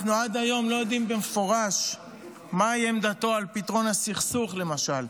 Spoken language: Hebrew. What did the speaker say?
אנחנו עד היום לא יודעים במפורש מהי עמדתו על פתרון הסכסוך למשל.